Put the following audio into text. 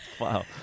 Wow